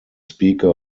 speaker